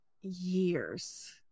years